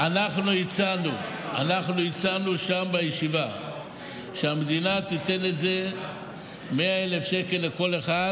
אנחנו הצענו שם בישיבה שהמדינה תיתן לזה 100,000 שקל לכל אחד,